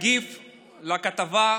תגיב לכתבה,